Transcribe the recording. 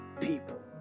people